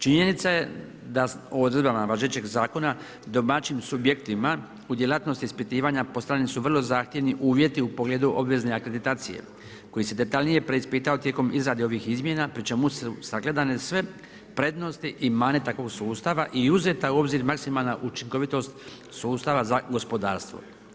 Činjenica je da odredbama važećeg zakona domaćin subjektima u djelatnostima ispitivanja, po strani su vrlo zahtjevni uvjeti u pogledu obvezne akreditacije koji se detaljnije preispitivao tijekom izrade ovih izmjena pri čemu su sagledan sve prednosti i mane takvog sustava i uzeta je u obzir maksimalna učinkovitost sustava za gospodarstvo.